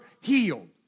healed